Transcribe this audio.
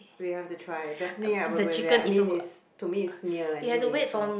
we have to try definitely I will go there I mean it's to me it's near anyway so